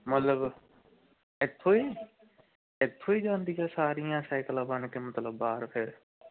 ਮਤਲਬ ਇੱਥੋਂ ਹੀ ਇੱਥੋਂ ਹੀ ਜਾਂਦੀਆਂ ਫਿਰ ਸਾਰੀਆਂ ਸਾਈਕਲਾਂ ਬਣ ਕੇ ਮਤਲਬ ਬਾਹਰ ਫਿਰ